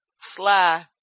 sly